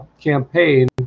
campaign